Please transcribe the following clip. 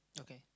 okay